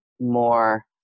more